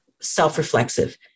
self-reflexive